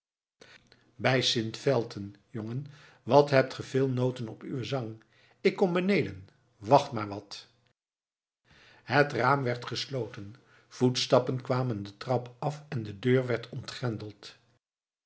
bij sint felten jongen wat hebt ge veel noten op uwen zang ik kom beneden wacht maar wat het raam werd gesloten voetstappen kwamen de trap af en de deur werd ontgrendeld